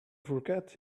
forget